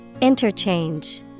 Interchange